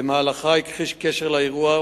במהלכה הוא הכחיש קשר לאירוע,